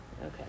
Okay